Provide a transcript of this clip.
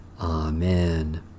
Amen